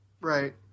right